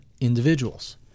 individuals